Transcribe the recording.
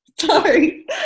Sorry